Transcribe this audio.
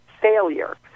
failure